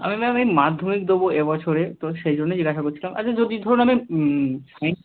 আমি ম্যাম এই মাধ্যমিক দেব এ বছরে তো সে জন্যই জিজ্ঞাসা করছিলাম আচ্ছা যদি ধরুন আমি